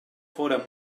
fóra